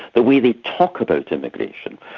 the way they talk about immigration,